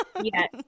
Yes